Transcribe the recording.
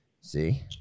See